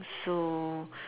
so